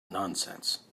nonsense